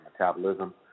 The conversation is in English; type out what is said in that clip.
metabolism